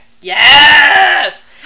Yes